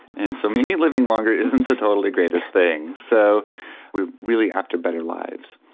and so may be living longer isn't the totally greatest thing. so we're really after better lives.